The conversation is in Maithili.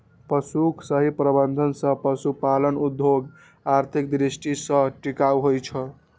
पशुक सही प्रबंधन सं पशुपालन उद्योग आर्थिक दृष्टि सं टिकाऊ होइ छै